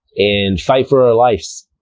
and fight for our lives.